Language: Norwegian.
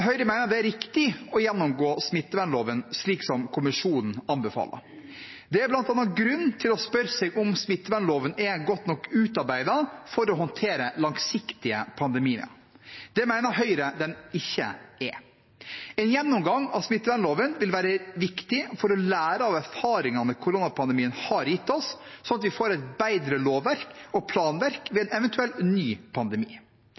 Høyre mener det er riktig å gjennomgå smittevernloven, slik som kommisjonen anbefaler. Det er bl.a. grunn til å spørre seg om smittevernloven er godt nok utarbeidet for å håndtere langsiktige pandemier. Det mener Høyre den ikke er. En gjennomgang av smittevernloven vil være viktig for å lære av erfaringene koronapandemien har gitt oss, slik at vi får et bedre lovverk og et bedre planverk ved en eventuell ny pandemi.